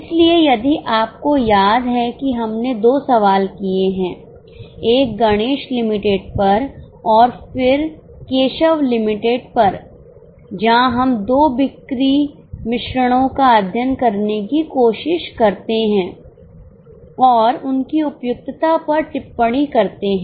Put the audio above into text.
इसलिए यदि आपको याद है कि हमने दो सवाल किए हैं एक गणेश लिमिटेड पर और फिर केशव लिमिटेड पर जहाँ हम दो बिक्री मिश्रणों का अध्ययन करने की कोशिश करते हैं और उनकी उपयुक्तता पर टिप्पणी करते हैं